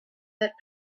that